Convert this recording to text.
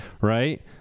right